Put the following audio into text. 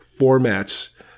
formats